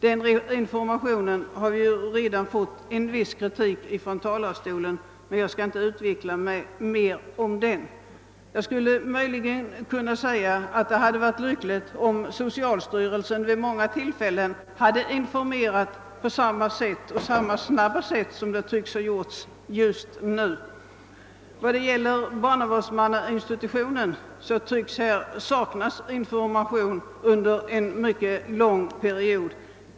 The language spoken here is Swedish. Den informationen har redan fått en viss kritik från talarstolen och jag skall inte orda mera om den. Jag skulle möjligen kunna säga att det hade varit lyckligt om socialstyrelsen vid många tillfällen hade informerat på samma snabba sätt som tycks ha skett nu. När det gäller barnavårdsmannainstitutio nen tycks information ha saknats under en mycket lång period.